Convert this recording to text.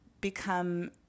become